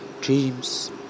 Dreams